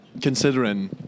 considering